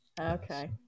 Okay